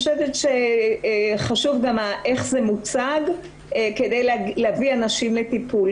חשוב איך זה מוצג כדי להביא אנשים לטיפול.